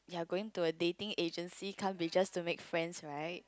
you are going to a dating agency can't be just to make friends right